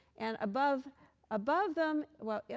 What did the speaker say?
and above above them well, yeah